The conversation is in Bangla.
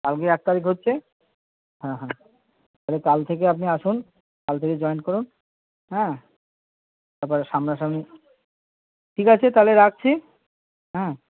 কালকে এক তারিখ হচ্ছে হ্যাঁ হ্যাঁ কাল থেকে আপনি আসুন কাল থেকে জয়েন করুন হ্যাঁ তারপরে সামনা সামনি ঠিক আছে তাহলে রাখছি হুম